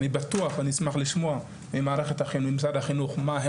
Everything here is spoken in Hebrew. אני בטוח ואני אשמח לשמוע ממשרד החינוך מה הם